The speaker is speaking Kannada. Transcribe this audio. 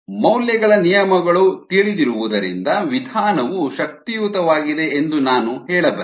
ಮೌಲ್ಯಗಳ ನಿಯಮಗಳು ತಿಳಿದಿರುವುದರಿಂದ ವಿಧಾನವು ಶಕ್ತಿಯುತವಾಗಿದೆ ಎಂದು ನಾನು ಹೇಳಬಲ್ಲೆ